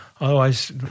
Otherwise